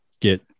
get